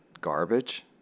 garbage